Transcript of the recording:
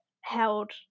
held